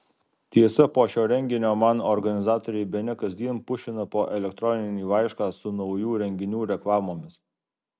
tiesa po šio renginio man organizatoriai bene kasdien pušina po elektroninį laišką su naujų renginių reklamomis